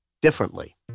differently